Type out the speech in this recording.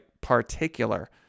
particular